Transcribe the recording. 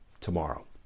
tomorrow